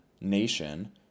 nation